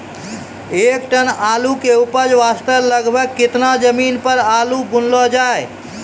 एक टन आलू के उपज वास्ते लगभग केतना जमीन पर आलू बुनलो जाय?